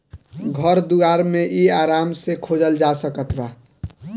घर दुआर मे इ आराम से खोजल जा सकत बा